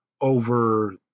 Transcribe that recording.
over